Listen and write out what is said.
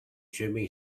jimmy